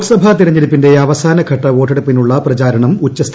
ലോക്സഭാ തെരഞ്ഞെടുപ്പിന്റെ അവസാനഘട്ട വോട്ടെടുപ്പിനുളള പ്രചാരണം ഉച്ഛസ്ഥായിയിൽ